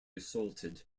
assaulted